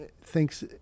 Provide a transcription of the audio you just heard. thinks